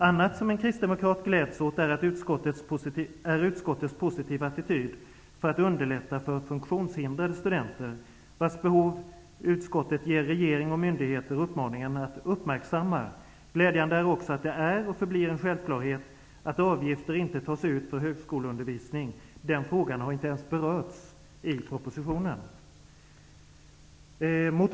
Annat som en kristdemokrat gläds åt är utskottets positiva attityd till att underlätta för funktionshindrade studenter, vars behov utskottet ger regering och myndigheter uppmaningen att uppmärksamma. Glädjande är också att det är och förblir en självklarhet att avgifter inte tas ut för högskoleundervisning. Den frågan har inte ens berörts i propositionen.